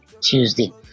Tuesday